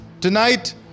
Tonight